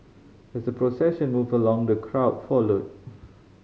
as the procession moved along the crowd followed